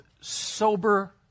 sober